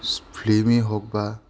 ফ্লিমেই হওক বা